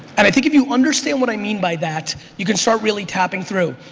and i think if you understand what i mean by that you can start really tapping through.